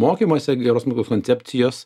mokymuose geros moklos koncepcijos